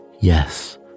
yes